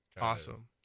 Awesome